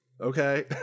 Okay